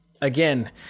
again